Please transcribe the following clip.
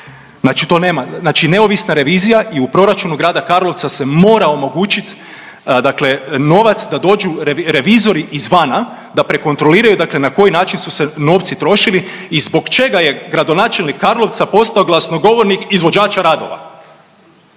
znači neovisna revizija i u proračunu grada Karlovca se mora omogućiti dakle novac da dođu revizori izvana da prekontroliraju dakle na koji način su se novci trošili i zbog čega je gradonačelnik Karlovca postao glasnogovornik izvođača radova.